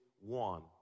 one